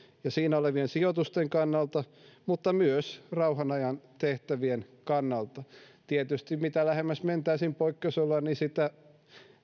ja siinä olevien sijoitusten kannalta mutta myös rauhanajan tehtävien kannalta tietysti mitä lähemmäksi mentäisiin poikkeusoloja niin sitä